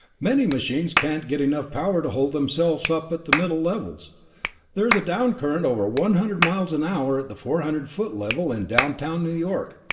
many machines can't get enough power to hold themselves up at the middle levels there is a down current over one hundred miles an hour at the four hundred foot level in downtown new york.